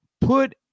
put